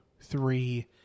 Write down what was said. three